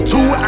Two